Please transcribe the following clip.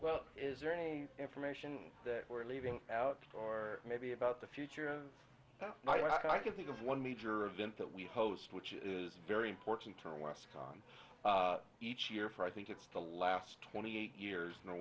well is there any information that we're leaving out or maybe about the future and that's what i can think of one major event that we host which is very important turn left on each year for i think it's the last twenty eight years in the